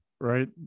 right